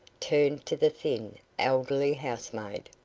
turned to the thin, elderly housemaid.